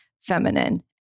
feminine